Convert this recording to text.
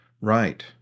Right